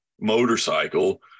motorcycle